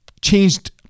changed